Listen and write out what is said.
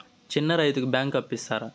చిన్న రైతుకు బ్యాంకు అప్పు ఇస్తారా?